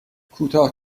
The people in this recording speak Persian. کوتاه